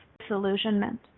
disillusionment